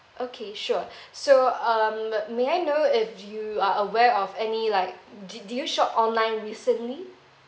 okay sure so um may I know if you are aware of any like do do you shop online recently